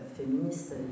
féministe